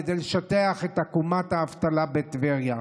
כדי לשטח את עקומת האבטלה בטבריה.